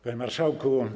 Panie Marszałku!